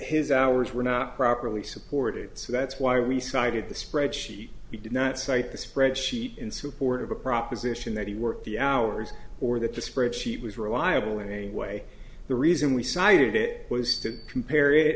his hours were not properly supported so that's why we cited the spreadsheet he did not cite the spreadsheet in support of a proposition that he worked the hours or that the spreadsheet was reliable anyway the reason we cited it was to compare it